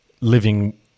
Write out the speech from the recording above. living